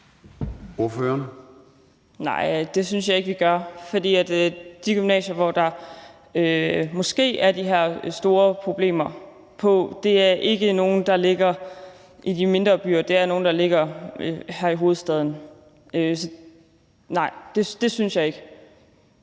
(LA): Nej, det synes jeg ikke vi gør, for de gymnasier, som der måske er de her store problemer på, er ikke nogen, der ligger i de mindre byer. Det er nogle, der ligger her i hovedstaden. Så nej, det synes jeg ikke.